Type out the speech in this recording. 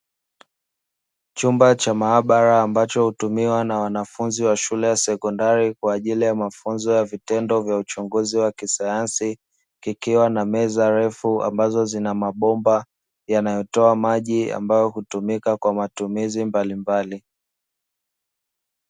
Chumba cha maabara ambacho hutumiwa na wanafunzi wa shule ya sekondari kwa ajili ya mafunzo ya vitendo vya uchunguzi wa kisayansi, kikiwa na meza refu ambazo zina mabomba yanayotoa maji ambayo hutumika kwa matumizi mbalimbali.